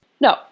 No